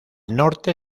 norte